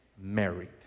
married